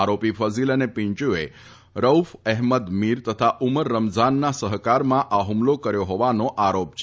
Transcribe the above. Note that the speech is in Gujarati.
આરોપી ફઝીલ અને પીંચુએ રઉફ એહમદ મીર તથા ઉમર રમઝાનના સહકારમાં આ હુમલો કર્યો હોવાનો આરોપ છે